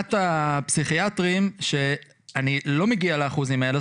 טענת הפסיכיאטרים היא שאני לא מגיע לאחוזים האלה.